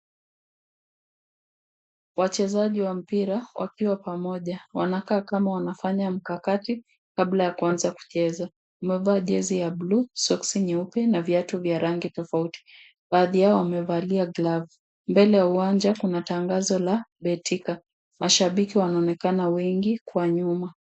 Wachezaji wa mpira wakiwa pamoja wanakaa kama wanafanya mkakati kabla ya kuanza kucheza. Wamevaa jezi ya buluu, soksi nyeupe na viatu vya rangi tofauti. Baadhi yao wamevalia glavu. Mbele ya uwanja kuna tangazo la betika. Mashabiki wanaonekana wengi kwa nyuma.